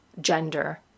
gender